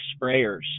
sprayers